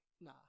Nah